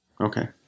Okay